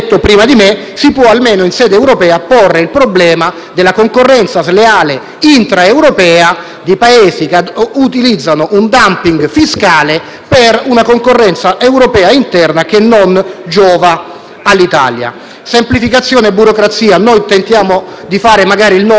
di Paesi che utilizzano un *dumping* fiscale per una concorrenza europea interna che non giova all'Italia. Su semplificazione e burocrazia, noi tentiamo di fare la nostra parte in Italia, ma l'Europa non ci aiuta, avendo creato, in questi anni, burocrazia su burocrazia.